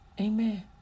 Amen